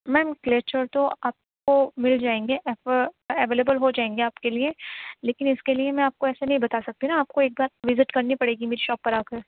میم کلیچر تو آپ کو مل جائیں گے آپ اویلیبل ہوجائیں گے آپ کے لئے لیکن اس کے لیے میں آپ کو ایسے نہیں بتا سکتی نہ آپ کو ایک بار وزٹ کرنی پڑے گی میری شاپ پر آ کر